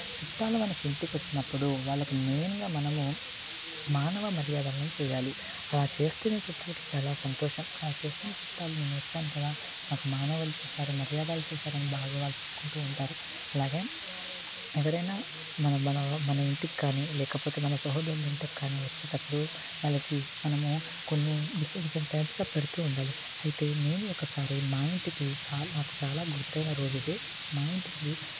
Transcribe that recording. చుట్టాలు మన ఇంటికి వచ్చినప్పుడు వాళ్ళకి మెయిన్గా మనము మానవాళి మర్యాదలు చేయాలి అలా చేస్తేనే చుట్టాలకి సంతోషం అలా చేస్తేనే చుట్టాలు నేను వచ్చాను కదా మానవాళి చేశారు మర్యాదలు చేశారు అని బాగా వాళ్ళు చెప్పుకుంటూ ఉంటారు అలాగే ఎవరైనా మన మన ఇంటికి కానీ లేదంటే మన సహోదరులు ఇంటికి వచ్చినప్పుడు వాళ్ళకి మనము కొన్ని డిఫరెంట్ డిఫరెంట్ టైప్స్ పెడుతు ఉండాలి అయితే నేను ఒకసారి మా ఇంటికి చాలా నాకు చాలా గుర్తు అయిన విషయం ఇది మా ఇంటికి